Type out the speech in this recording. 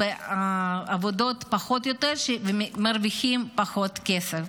בעבודות פחות טובות ומרוויחים פחות כסף.